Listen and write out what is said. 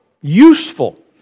useful